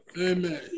Amen